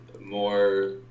more